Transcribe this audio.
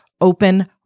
open